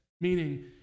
Meaning